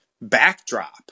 backdrop